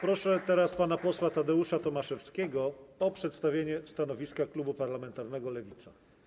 Proszę teraz pana posła Tadeusza Tomaszewskiego o przedstawienie stanowiska klubu parlamentarnego Lewica.